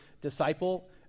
disciple